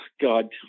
god